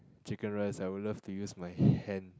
chicken rice I would love to use my hand